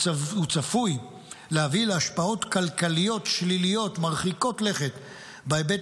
הוא צפוי להביא להשפעות כלכליות שליליות מרחיקות לכת בהיבט